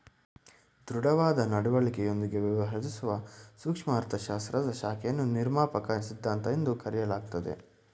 ದೃಢವಾದ ನಡವಳಿಕೆಯೊಂದಿಗೆ ವ್ಯವಹರಿಸುವ ಸೂಕ್ಷ್ಮ ಅರ್ಥಶಾಸ್ತ್ರದ ಶಾಖೆಯನ್ನು ನಿರ್ಮಾಪಕ ಸಿದ್ಧಾಂತ ಎಂದು ಕರೆಯಲಾಗುತ್ತದೆ